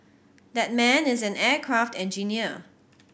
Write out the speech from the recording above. that man is an aircraft engineer